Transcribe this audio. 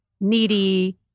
needy